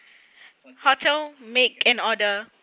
hotel make an order